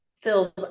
fills